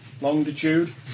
longitude